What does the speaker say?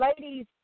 ladies